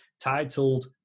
titled